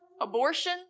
abortion